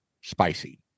spicy